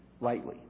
lightly